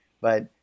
But-